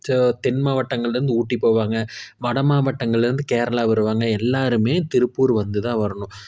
so தென் மாவட்டங்கள்லேருந்து ஊட்டி போவாங்க வட மாவட்டங்கள்லிருந்து கேரளா வருவாங்க எல்லோருமே திருப்பூர் வந்துதான் வரணும்